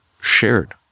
shared